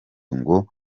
ngo